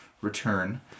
return